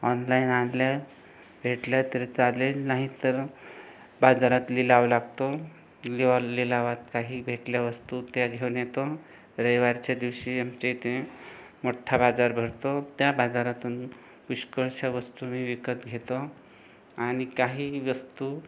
online आणले भेटले तर चालेल नाही तर बाजारात लिलाव लागतो लिवा लिलावात काही भेटल्या वस्तू त्या घेऊन येतो रविवारच्या दिवशी आमच्या इथे मोठ्ठा बाजार भरतो त्या बाजारातून पुष्कळशा वस्तू मी विकत घेतो आणि काही वस्तू